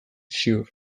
ziur